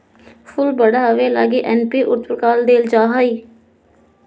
फूल बढ़ावे लगी एन.पी.के उर्वरक देल जा हइ